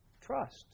trust